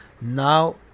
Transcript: now